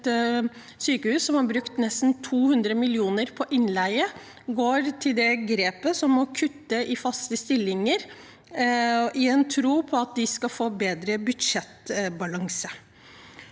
et sykehus som har brukt nesten 200 mill. kr på innleie, går til det grepet å kutte i faste stillinger i tro om at de skal få bedre budsjettbalanse.